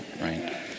right